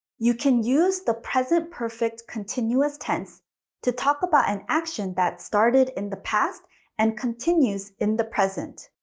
you can use the present perfect continuous tense to talk about an action that started in the past and continues in the present.